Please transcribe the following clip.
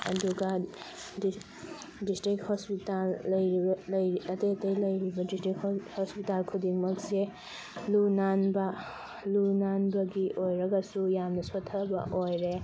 ꯑꯗꯨꯒ district hospital ꯂꯩꯔꯤꯕ ꯂꯩ ꯑꯇꯩ ꯑꯇꯩ ꯂꯩꯔꯤꯕ ꯗꯤꯁꯇ꯭ꯔꯤꯛ ꯍꯣꯁꯄꯤꯇꯥꯜ ꯈꯨꯗꯤꯡꯃꯛꯁꯦ ꯂꯨ ꯅꯥꯟꯕ ꯂꯨ ꯅꯥꯟꯕꯒꯤ ꯑꯣꯏꯔꯒꯁꯨ ꯌꯥꯝꯅ ꯁꯣꯊꯕ ꯑꯣꯏꯔꯦ